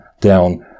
down